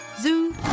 Zoo